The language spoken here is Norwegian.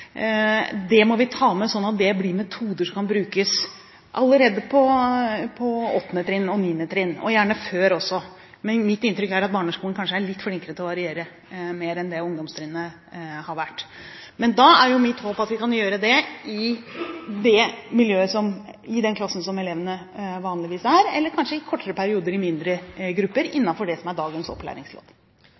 Det må vi ta med, sånn at det blir metoder som kan brukes allerede på åttende trinn og niende trinn – og gjerne før også. Men mitt inntrykk er at barneskolen kanskje er litt flinkere til å variere – mer enn det ungdomstrinnet har vært. Da er mitt håp at vi kan gjøre det i den klassen som elevene vanligvis går i, eller kanskje i mindre grupper i kortere perioder, innenfor det som er dagens opplæringslov.